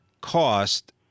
cost